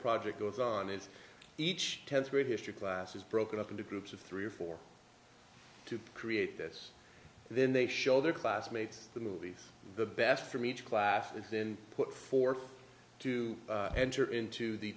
project goes on as each through history class is broken up into groups of three or four to create this then they show their classmates the movies the best from each class and then put forth to enter into the